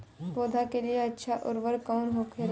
पौधा के लिए अच्छा उर्वरक कउन होखेला?